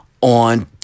on